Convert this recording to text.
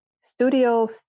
Studio